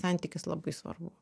santykis labai svarbu